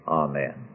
amen